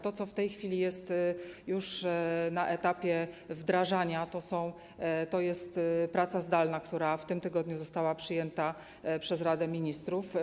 To, co w tej chwili jest już na etapie wdrażania, to jest praca zdalna, która w tym tygodniu została przyjęta przez Radę Ministrów.